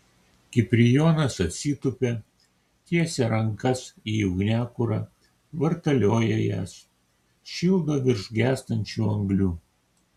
kiprijonas atsitupia tiesia rankas į ugniakurą vartalioja jas šildo virš gęstančių anglių